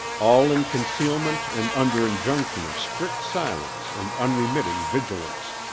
all in concealment and under injunction of strict silence and unremitting vigilance.